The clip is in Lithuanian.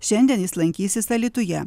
šiandien jis lankysis alytuje